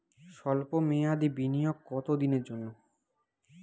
সল্প মেয়াদি বিনিয়োগ কত দিনের জন্য?